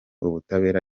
ubutabera